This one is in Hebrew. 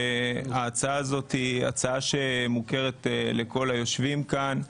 ההצעה הזאת מוכרת לכל היושבים פה.